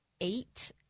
eight